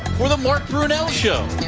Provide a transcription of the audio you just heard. for the mark brunell show.